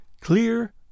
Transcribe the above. clear